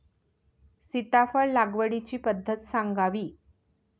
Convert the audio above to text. सीताफळ लागवडीची पद्धत सांगावी?